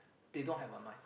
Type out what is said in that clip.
they don't have a mike